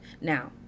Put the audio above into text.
Now